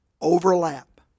overlap